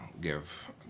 give